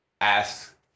ask